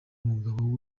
umugabo